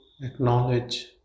acknowledge